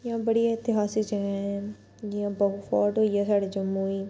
इयां बड़ियां इतेहासक जगह हैन न जियां बहू फोर्ट होई गेआ साढ़े जम्मू च